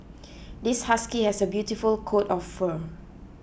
this husky has a beautiful coat of fur